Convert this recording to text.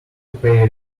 pay